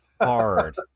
Hard